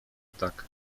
tak